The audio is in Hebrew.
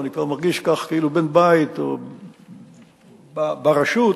אני מרגיש בן-בית ברשות,